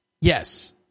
Yes